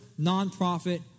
nonprofit